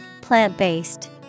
Plant-based